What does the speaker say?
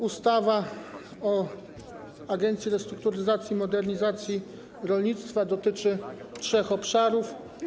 Ustawa o Agencji Restrukturyzacji i Modernizacji Rolnictwa dotyczy trzech obszarów.